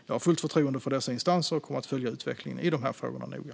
Jag har fullt förtroende för dessa instanser och kommer att följa utvecklingen i de här frågorna noga.